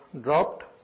dropped